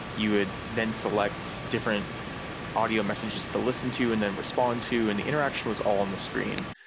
you would then select different audio messages to listen to and then respond to, and the interaction was all on the screen.